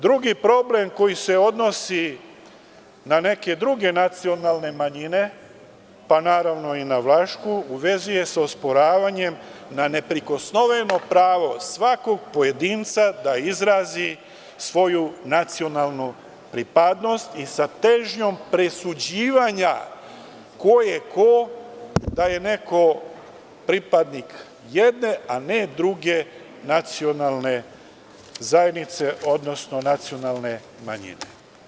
Drugi problem koji se odnosi na neke druge nacionalne manjine, pa naravno i na Vlašku, u vezi je sa osporavanjem na neprikosnoveno pravo svakog pojedinca da izrazi svoju nacionalnu pripadnost i sa težnjom presuđivanja ko je ko, da je neko pripadnik jedne, a ne druge nacionalne zajednice, odnosno nacionalne manjine.